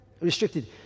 Restricted